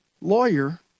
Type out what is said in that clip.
lawyer